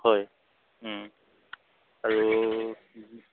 হয় আৰু